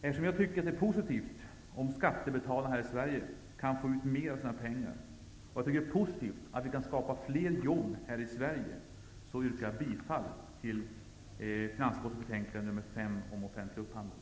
Eftersom jag tycker att det är positivt om skattebetalarna i Sverige kan få ut mera av sina pengar och om fler jobb kan skapas i Sverige, yrkar jag bifall till finansutskottets hemställan i betänkande 5 om offentlig upphandling.